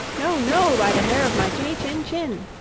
no, no, by the hair of my chinny chin chin.